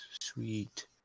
sweet